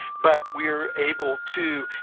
but we're able to